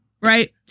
right